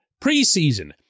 preseason